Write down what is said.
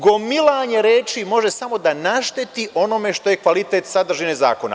Gomilanje reči može samo da našteti onome što je kvalitet sadržine zakona.